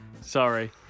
Sorry